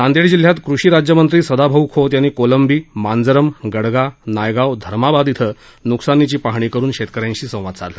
नांदेड जिल्ह्यात कृषी राज्यमंत्री सदाभाऊ खोत यांनी कोलंबी मांजरम गडगा नायगाव धर्माबाद इथं नुकसानीचे पाहणी करून शेतकऱ्यांशी संवाद साधला